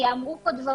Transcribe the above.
שייאמרו פה דברים